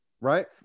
right